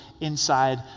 inside